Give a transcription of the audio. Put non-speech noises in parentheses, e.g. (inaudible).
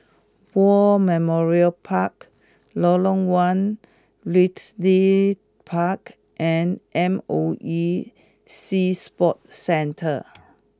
War Memorial Park Lorong one (unintelligible) Park and M O E Sea Sports Centre